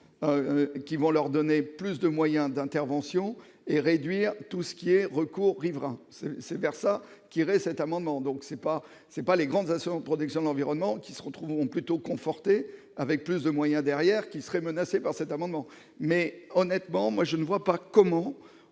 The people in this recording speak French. qui vont leur donner plus de moyens d'intervention et réduire tout ce qui est recours riverains c'est, c'est vers ça qu'irait cet amendement, donc c'est pas, c'est pas les grandes assurant protection de l'environnement qui se retrouveront plutôt conforté avec plus de moyens derrière qui seraient menacées par cet amendement, mais honnêtement, moi je ne vois pas comment